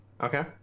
Okay